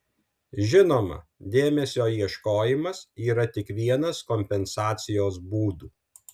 žinoma dėmesio ieškojimas yra tik vienas kompensacijos būdų